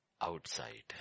outside